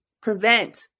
Prevent